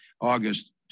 August